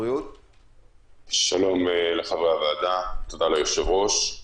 שלום לחברי הוועדה, תודה ליושב-ראש.